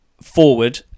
forward